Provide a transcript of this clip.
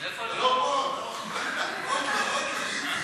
ההצעה להעביר את הנושא לוועדת הכספים נתקבלה.